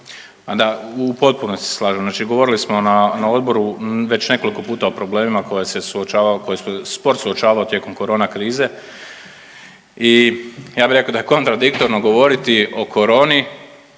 Da u potpunosti se slažem, znači govorili smo na odboru već nekoliko puta o problemima koje se suočavao koje sport suočavao tijekom korona krize i ja bi rekao da je kontradiktorno govoriti o koroni